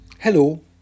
Hello